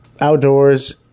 outdoors